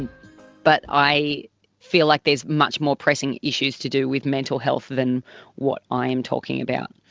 and but i feel like there is much more pressing issues to do with mental health than what i am talking about.